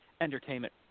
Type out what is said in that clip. Entertainment